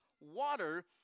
water